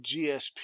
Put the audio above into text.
gsp